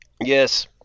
Yes